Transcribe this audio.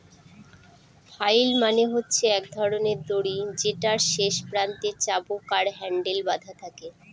flail মানে হচ্ছে এক ধরনের দড়ি যেটার শেষ প্রান্তে চাবুক আর হ্যান্ডেল বাধা থাকে